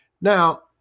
Now